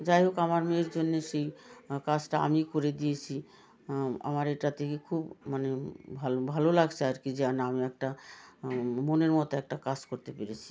যাই হোক আমার মেয়ের জন্য সেই কাজটা আমিই করে দিয়েছি আমার এটা থেকে খুব মানে ভালো লাগছে আর কি যে না আমি একটা মনের মতো একটা কাজ করতে পেরেছি